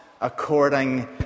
according